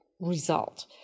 result